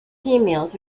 females